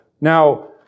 Now